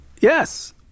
Yes